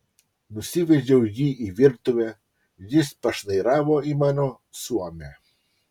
nusivedžiau jį į virtuvę jis pašnairavo į mano suomę